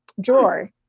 drawer